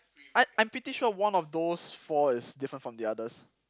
I I'm pretty sure one of those four is different from the others